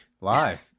Live